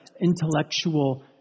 intellectual